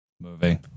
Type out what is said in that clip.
Movie